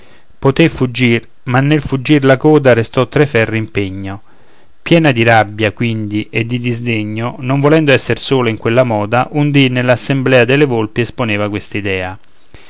poté fuggir ma nel fuggir la coda restò tra i ferri in pegno piena di rabbia quindi e di disdegno non volendo esser sola in quella moda un dì nell'assemblea delle volpi esponeva